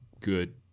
good